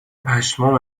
پشمام